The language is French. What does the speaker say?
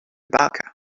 barker